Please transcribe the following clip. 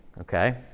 okay